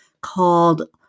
called